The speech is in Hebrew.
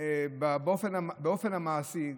באופן מעשי,